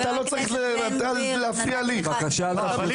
ועל זה צריך לשים את יהבנו